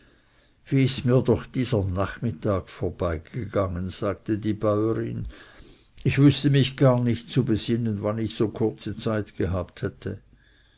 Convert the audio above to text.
wie ist mir doch dieser nachmittag vorbeigegangen sagte die bäurin ich wüßte mich gar nicht zu besinnen wann ich so kurze zeit gehabt hätte